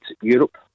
Europe